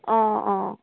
অঁ অঁ